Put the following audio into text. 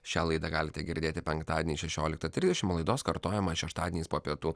šią laidą galite girdėti penktadienį šešioliktą trisdešimt o laidos kartojimą šeštadieniais po pietų